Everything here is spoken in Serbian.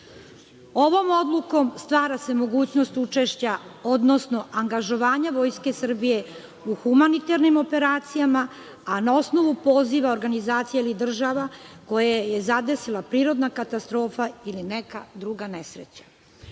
odlukom stvara se mogućnost učešća, odnosno angažovanja Vojske Srbije u humanitarnim operacijama, a na osnovu poziva organizacija ili država koje je zadesila prirodna katastrofa ili neka druga nesreća. Ovakvo